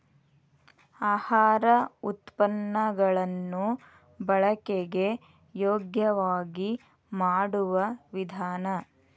ಆಹಾರ ಉತ್ಪನ್ನ ಗಳನ್ನು ಬಳಕೆಗೆ ಯೋಗ್ಯವಾಗಿ ಮಾಡುವ ವಿಧಾನ